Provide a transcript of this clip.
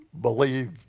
believe